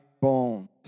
bones